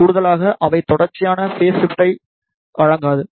கூடுதலாக அவை தொடர்ச்சியான பேஸ் ஷிப்ட்டை வழங்காது